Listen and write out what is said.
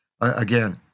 again